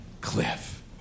cliff